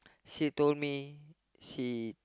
she told me she